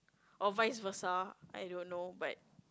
or vice versa I don't know but